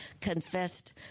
confessed